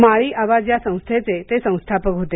माळी आवाज या संस्थेचे ते संस्थापक होते